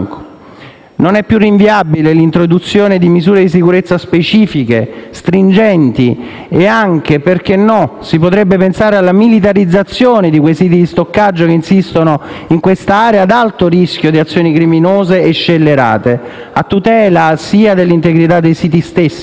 Non è più rinviabile l'introduzione di misure di sicurezza specifiche, stringenti e anche, perché no, si potrebbe pensare alla militarizzazione di quei siti di stoccaggio che insistono in quest'area ad alto rischio di azioni criminose e scellerate, a tutela sia dell'integrità dei siti stessi,